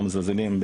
לא מזלזלים,